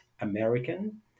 American